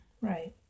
Right